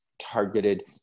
targeted